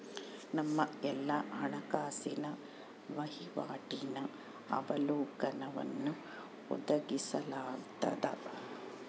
ನಮ್ಮ ಎಲ್ಲಾ ಹಣಕಾಸಿನ ವಹಿವಾಟಿನ ಅವಲೋಕನವನ್ನು ಒದಗಿಸಲಾಗ್ತದ